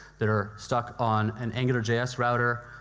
that are stuck on an angularjs ah router